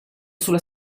sulla